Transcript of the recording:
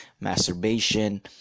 masturbation